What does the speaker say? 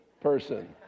person